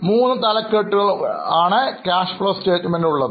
അതിനാൽ മൂന്നു തലക്കെട്ടുകൾ ഉണ്ട്